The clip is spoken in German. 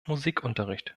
musikunterricht